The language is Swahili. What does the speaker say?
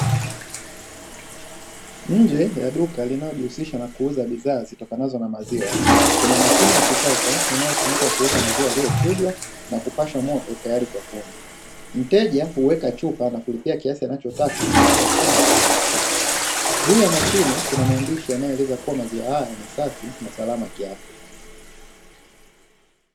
Njee ya duka linalojihusisha na uuzaji wa bidhaa zitokanazo na maziwa, kuna mashine ya kisasa inayotumika kuuza maziwa yaliyochujwa na kupashwa moto tayari kwa kunywa. Mteja huweka chupa na kulipia kiasia anachotaka kupitia mfumo wa kiautomatiki, juu ya mashine kuna maandishi yanayoeleza kuwa maziwa haya ni safi na salama kwa afya.